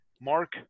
Mark